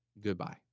goodbye